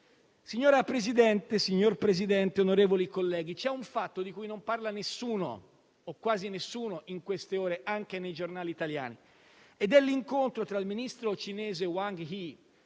Signora Presidente, signor Presidente del Consiglio, onorevoli colleghi, c'è un fatto di cui non parla nessuno o quasi nessuno in queste ore, neanche nei giornali italiani. È l'incontro tra il ministro degli